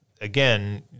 again